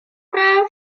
braf